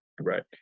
Right